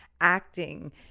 acting